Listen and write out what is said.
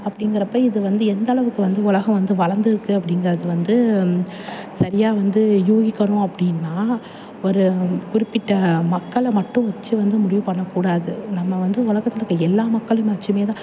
அப்படிங்கிறப்ப இது வந்து எந்தளவுக்கு வந்து உலகம் வந்து வளர்ந்துருக்கு அப்படிங்கிறது வந்து சரியாக வந்து யூகிக்கணும் அப்படின்னா ஒரு குறிப்பிட்ட மக்களை மட்டும் வச்சி வந்து முடிவு பண்ணக்கூடாது நம்ம வந்து உலகத்தில் இருக்கற எல்லா மக்களும் வச்சுமே தான்